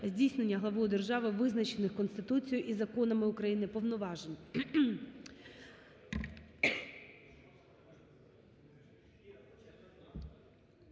здійснення главою держави визначених Конституцією і законами України повноважень.